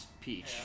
Peach